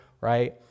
right